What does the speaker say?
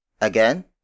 Again